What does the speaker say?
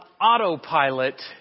autopilot